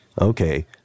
Okay